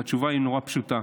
והתשובה היא נורא פשוטה: